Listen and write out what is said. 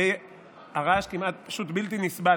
הרעש פשוט בלתי נסבל,